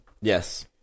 yes